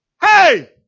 Hey